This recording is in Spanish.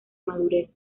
madurez